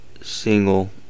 single